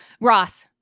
Ross